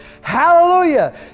hallelujah